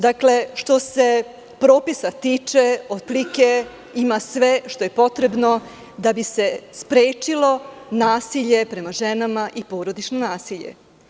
Dakle, što se propisa tiče, otprilike ima sve što je potrebno da bi se sprečilo nasilje prema ženama i porodično nasilje.